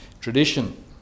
tradition